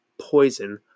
Poison